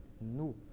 No